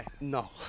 No